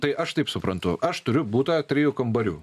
tai aš taip suprantu aš turiu butą trijų kambarių